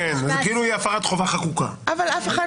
תהיה הפרת חובה חקוקה,